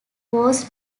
was